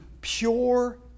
pure